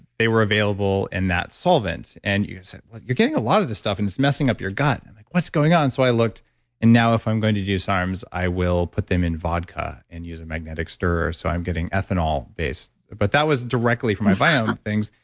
they were available in that solvent and you said, well, you're getting a lot of this stuff and it's messing up your gut. i'm like, what's going on? so i looked and now if i'm going to do sarms, i will put them in vodka and use a magnetic stirrer. so i'm getting ethanol based, but that was directly from my biome things.